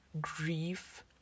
grief